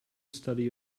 study